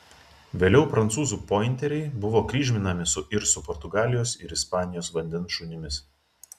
vėliau prancūzų pointeriai buvo kryžminami ir su portugalijos ir ispanijos vandens šunimis